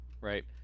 right